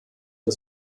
der